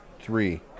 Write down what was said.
Three